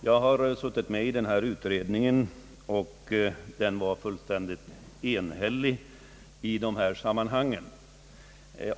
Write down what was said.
Den utredning som sysslat med denna fråga och där jag har suttit med var också enhällig i denna uppfattning.